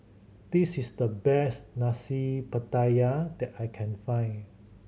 this is the best Nasi Pattaya that I can find